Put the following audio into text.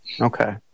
okay